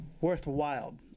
worthwhile